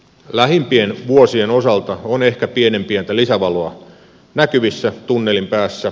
lähimpien vuosien osalta on ehkä pienen pientä lisävaloa näkyvissä tunnelin päässä